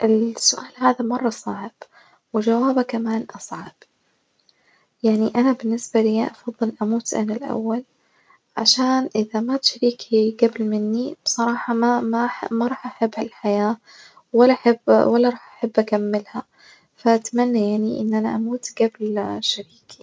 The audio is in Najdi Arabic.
السؤال هذا مرة صعب وجوابه كمان أصعب يعني أنا بالنسبة لي أفظل أموت أنا الأول، عشان إذا مات شريكي جبل مني بصراحة ما ما أح ما راح أحب هالحياة ولا أحب ولا راح أحب أكملها، فأتمنى يعني إن أنا أموت جبل شريكي.